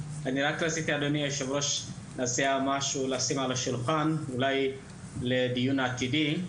אני רוצה לשים משהו על השולחן שאולי יידון בישיבות עתידיות.